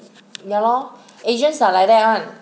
ya lor agents are like that [one]